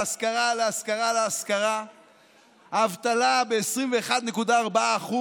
"להשכרה"; האבטלה ב-21.4%,